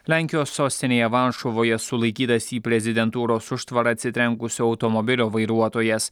lenkijos sostinėje varšuvoje sulaikytas į prezidentūros užtvarą atsitrenkusio automobilio vairuotojas